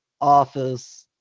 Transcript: office